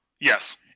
yes